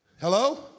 Hello